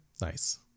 Nice